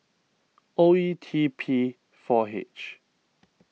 O E T P four H